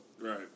Right